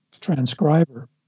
transcriber